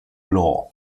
law